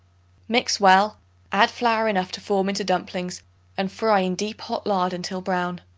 mix well add flour enough to form into dumplings and fry in deep hot lard until brown.